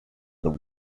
their